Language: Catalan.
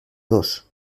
dos